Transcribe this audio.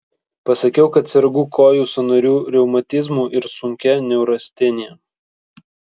pasakiau kad sergu kojų sąnarių reumatizmu ir sunkia neurastenija